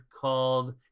called